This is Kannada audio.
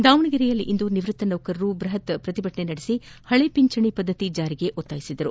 ದಾವಣಗೆರೆಯಲ್ಲಿಂದು ನಿವೃತ್ತ ನೌಕರರು ಬೃಹತ್ ಪ್ರತಿಭಟನೆ ನಡೆಸಿ ಪಳೆ ಪಿಂಚಣಿ ಪದ್ದತಿ ಜಾರಿಗೆ ಆಗ್ರಹಿಸಿದರು